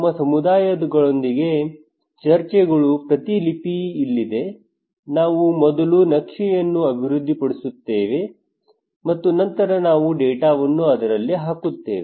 ನಮ್ಮ ಸಮುದಾಯದೊಂದಿಗಿನ ಚರ್ಚೆಗಳ ಪ್ರತಿಲಿಪಿ ಇಲ್ಲಿದೆ ನಾವು ಮೊದಲು ನಕ್ಷೆಯನ್ನು ಅಭಿವೃದ್ಧಿಪಡಿಸುತ್ತೇವೆ ಮತ್ತು ನಂತರ ನಾವು ಡೇಟಾವನ್ನು ಅದರಲ್ಲಿ ಹಾಕುತ್ತೇವೆ